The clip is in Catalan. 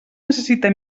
necessita